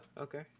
Okay